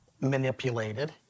manipulated